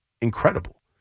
incredible